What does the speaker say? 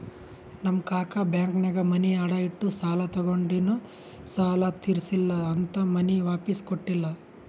ನಮ್ ಕಾಕಾ ಬ್ಯಾಂಕ್ನಾಗ್ ಮನಿ ಅಡಾ ಇಟ್ಟು ಸಾಲ ತಗೊಂಡಿನು ಸಾಲಾ ತಿರ್ಸಿಲ್ಲಾ ಅಂತ್ ಮನಿ ವಾಪಿಸ್ ಕೊಟ್ಟಿಲ್ಲ